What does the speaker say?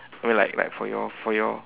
you know like like for your for your